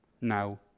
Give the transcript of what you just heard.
now